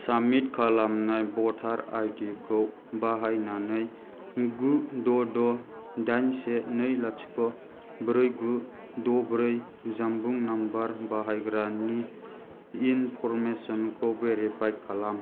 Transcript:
submit खालामनाय भ'टार आइ डिखौ बाहायनानै गु द' द' दाइन से नै लाथिख' ब्रै गु द' ब्रै जानबुं नम्बर बाहायग्रानि इनफ'रमेसनखौ भेरिफाय खालाम